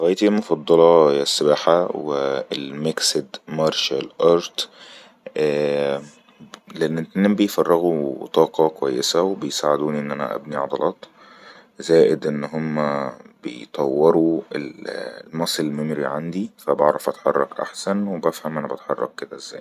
هوايتي المفضله هيا السباحة هو المكسد مارشل ارد لأن لاتنين يفرغو طاقة كويسه وبيساعدوني ان انا ابني عضلات زائد أنهم يطورو المسل ممري عندي فأعرف أن أتحرك أحسن وبفهم أنا بتحرك كدا ازاي